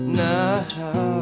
now